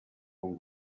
con